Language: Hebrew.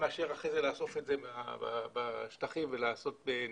מאשר אחרי זה לאסוף את זה בשטחים ולעשות ניקיון.